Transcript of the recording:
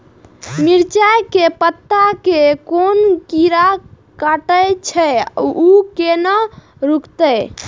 मिरचाय के पत्ता के कोन कीरा कटे छे ऊ केना रुकते?